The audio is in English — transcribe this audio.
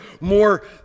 more